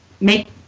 make